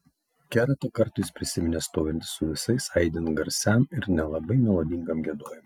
keletą kartų jis prisiminė stovintis su visais aidint garsiam ir nelabai melodingam giedojimui